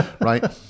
Right